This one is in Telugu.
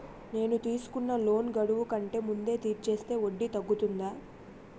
నేను తీసుకున్న లోన్ గడువు కంటే ముందే తీర్చేస్తే వడ్డీ తగ్గుతుందా?